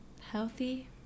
Healthy